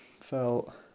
felt